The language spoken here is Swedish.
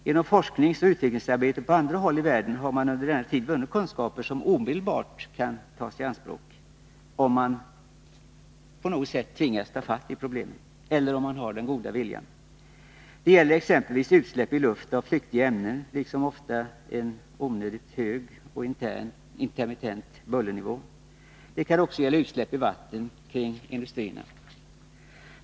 Genom forskningsoch utvecklingsarbete på andra håll i världen har man under denna tid vunnit kunskaper, som man omedelbart kan ta i anspråk också i Stenungsund om man på något sätt tvingas att ta fatt i problemet eller om man har den goda viljan. Det gäller exempelvis utsläpp i luft av flyktiga ämnen liksom en ofta onödigt hög och intermittent bullernivå. Det kan också gälla utsläppen i vatten kring industrierna.